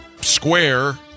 square